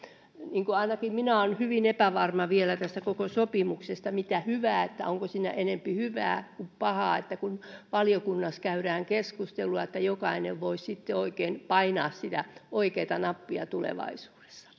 ainakin minä olen hyvin epävarma vielä tästä koko sopimuksesta mitä hyvää siinä on onko siinä enempi hyvää kuin pahaa kun valiokunnassa käydään keskustelua jokainen voi sitten painaa sitä oikeata nappia tulevaisuudessa